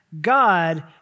God